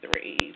three